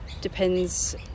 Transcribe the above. Depends